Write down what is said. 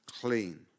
clean